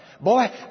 Boy